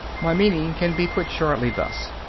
my meaning can be put shortly thus.